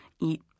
eat